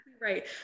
right